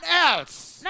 else